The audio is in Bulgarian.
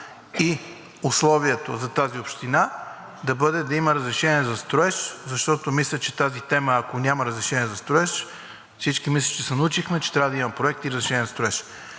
и условието за тази община е да има разрешение за строеж, защото мисля, че по тази тема, ако няма разрешение за строеж, всички мисля, че се научихме, че трябва да има проект и разрешение за строеж.